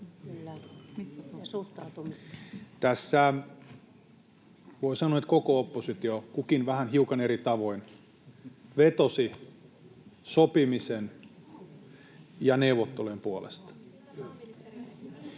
Voi sanoa, että tässä koko oppositio, kukin vähän hiukan eri tavoin, vetosi sopimisen ja neuvottelujen puolesta,